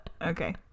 okay